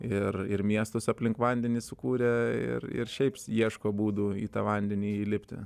ir ir miestus aplink vandenį sukūrę ir ir šiaip ieško būdų į tą vandenį įlipti